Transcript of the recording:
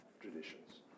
traditions